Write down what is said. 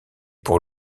pour